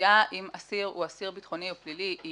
הקביעה אם אסיר הוא אסיר ביטחוני או פלילי היא